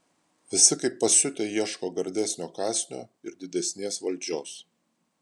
visi kaip pasiutę ieško gardesnio kąsnio ir didesnės valdžios